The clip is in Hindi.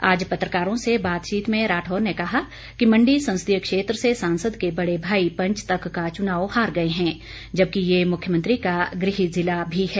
आज पत्रकारों से बातचीत में राठौर ने कहा कि मंडी संसदीय क्षेत्र से सांसद के बड़े भाई पंच तक का चुनाव हार गये हैं जबकि ये मुख्यमंत्री का गृह जिला भी है